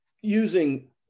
using